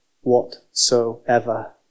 whatsoever